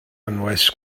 anwes